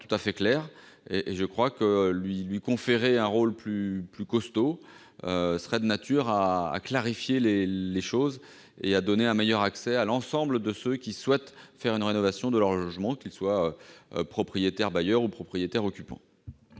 tout à fait claires. Lui confier un rôle plus robuste serait de nature à clarifier les choses et à donner un meilleur accès à l'ensemble de ceux qui souhaitent entreprendre la rénovation de leur logement, qu'ils soient propriétaires bailleurs ou propriétaires occupants.